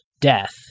death